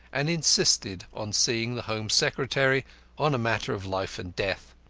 and insisted on seeing the home secretary on a matter of life and death.